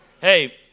Hey